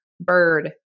bird